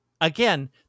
again